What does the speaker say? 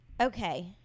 Okay